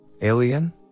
Alien